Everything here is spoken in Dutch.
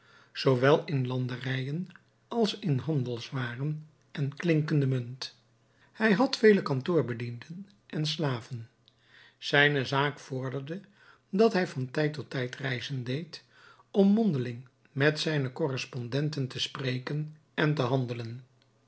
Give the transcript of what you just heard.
zoowel in landerijen als in handelswaren en klinkende munt hij had vele kantoorbedienden en slaven zijne zaak vorderde dat hij van tijd tot tijd reizen deed om mondeling met zijne correspondenten te spreken en te handelen